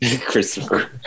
Christopher